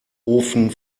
ofen